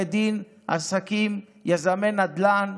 עורכי דין, אנשי עסקים, יזמי נדל"ן,